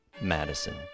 Madison